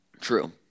True